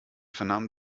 vernahmen